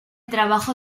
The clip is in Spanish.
trabajo